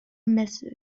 method